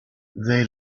they